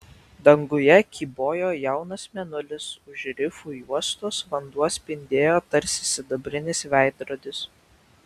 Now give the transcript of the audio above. danguje kybojo jaunas mėnulis už rifų juostos vanduo spindėjo tarsi sidabrinis veidrodis